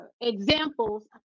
examples